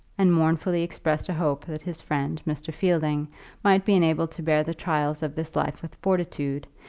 and mournfully expressed a hope that his friend mr. fielding might be enabled to bear the trials of this life with fortitude,